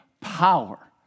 power